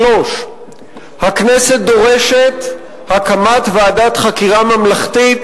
3. הכנסת דורשת הקמת ועדת חקירה ממלכתית,